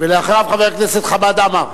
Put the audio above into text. חבר הכנסת חמד עמאר.